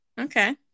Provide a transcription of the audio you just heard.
Okay